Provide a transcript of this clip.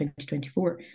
2024